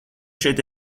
šeit